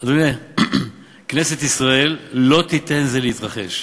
אדוני, כנסת ישראל לא תיתן לזה להתרחש.